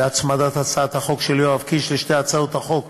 בהצמדת הצעת החוק של יואב קיש לשתי הצעות החוק,